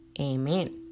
Amen